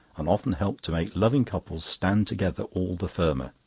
and often helped to make loving couples stand together all the firmer.